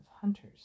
hunters